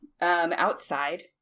Outside